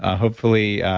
ah hopefully.